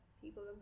people